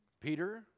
peter